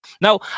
Now